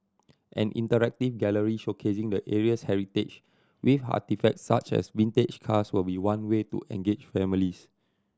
an interactive gallery showcasing the area's heritage with artefacts such as vintage cars will be one way to engage families